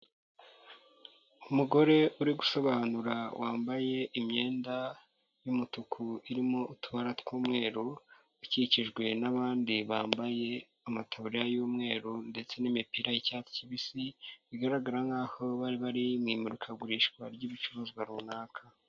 Umugore uri gusobanura wambaye imyenda y'umutuku irimo utubara tw'umweru, ukikijwe n'abandi bambaye amataburiya y'umweru ndetse n'imipira y'icyatsi kibisi, bigaragara nkaho bari bari mu imurikagurishwa ry'ibicuruzwa runaka.